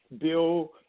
Bill